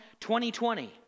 2020